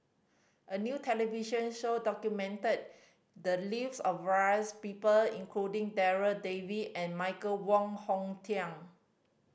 a new television show documented the lives of various people including Darryl David and Michael Wong Hong Teng